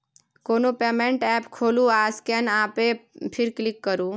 कोनो payment app खोलु आ स्कैन आ पे पर क्लिक करु